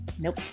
Nope